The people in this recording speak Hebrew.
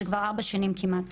זה כבר ארבע שנים כמעט.